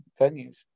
venues